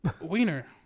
wiener